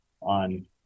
on